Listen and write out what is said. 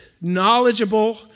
knowledgeable